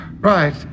Right